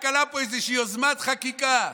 רק עלתה פה איזושהי יוזמת חקיקה,